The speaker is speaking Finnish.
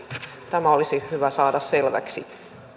tämä olisi hyvä saada selväksi